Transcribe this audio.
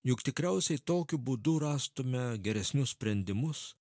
juk tikriausiai tokiu būdu rastume geresnius sprendimus